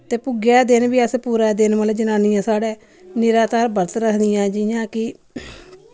ते भुग्गे आह्ले दिन बी अस पूरा दिन मतलब जनानियां साढ़े निराधार बर्त रखदियां जि'यां कि